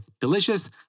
delicious